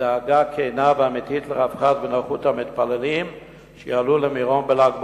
ודאגה כנה ואמיתית לרווחה ולנוחות של המתפללים שיעלו למירון בל"ג בעומר.